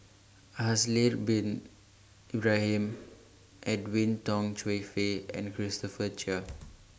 Haslir Bin Ibrahim Edwin Tong Chun Fai and Christopher Chia